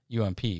UMP